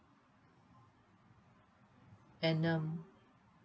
annum